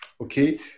okay